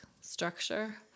structure